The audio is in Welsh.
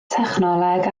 technoleg